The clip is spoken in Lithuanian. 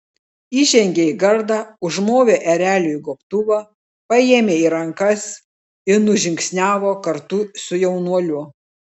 įžengė į gardą užmovė ereliui gobtuvą paėmė į rankas ir nužingsniavo kartu su jaunuoliu